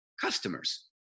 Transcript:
customers